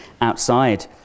outside